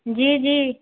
جی جی